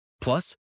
Plus